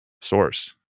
source